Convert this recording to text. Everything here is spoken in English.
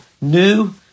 new